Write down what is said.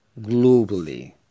globally